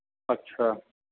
अच्छा